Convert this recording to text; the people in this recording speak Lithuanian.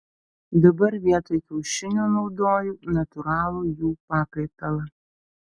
dabar vietoj kiaušinių naudoju natūralų jų pakaitalą